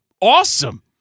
awesome